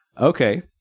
okay